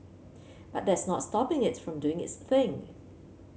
but that's not stopping it from doing its thing